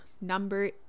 number